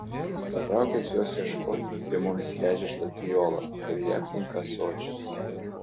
patraukęs jos ieškoti piemuo nusileidžia šlaitu į olą kurioje aptinka ąsočius